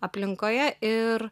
aplinkoje ir